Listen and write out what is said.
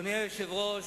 אדוני היושב-ראש,